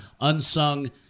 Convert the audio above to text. unsung